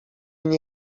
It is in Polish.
nie